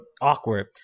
awkward